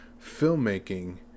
filmmaking